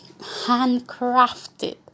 handcrafted